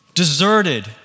deserted